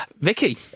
vicky